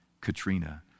Katrina